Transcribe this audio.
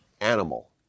animal